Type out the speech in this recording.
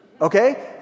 Okay